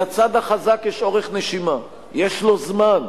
לצד החזק יש אורך נשימה, יש לו זמן,